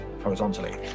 horizontally